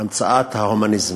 המצאת ההומניזם,